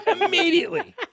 Immediately